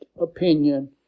opinion